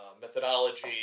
methodology